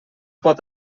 pot